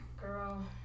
Girl